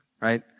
right